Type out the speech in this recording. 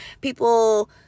people